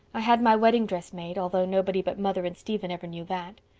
i had my wedding dress made, although nobody but mother and stephen ever knew that.